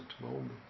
moment